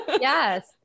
yes